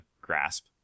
grasp